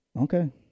Okay